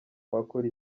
wakora